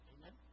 Amen